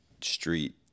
street